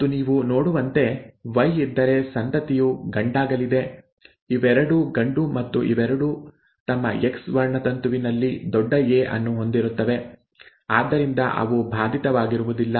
ಮತ್ತು ನೀವು ನೋಡುವಂತೆ Y ಇದ್ದರೆ ಸಂತತಿಯು ಗಂಡಾಗಲಿದೆ ಇವೆರಡೂ ಗಂಡು ಮತ್ತು ಇವೆರಡೂ ತಮ್ಮ ಎಕ್ಸ್ ವರ್ಣತಂತುವಿನಲ್ಲಿ ದೊಡ್ಡ ಎ ಅನ್ನು ಹೊಂದಿರುತ್ತವೆ ಆದ್ದರಿಂದ ಅವು ಬಾಧಿತವಾಗಿರುವುದಿಲ್ಲ